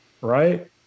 right